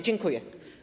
Dziękuję.